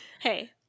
Hey